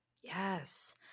Yes